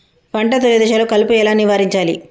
పంట తొలి దశలో కలుపు ఎలా నివారించాలి?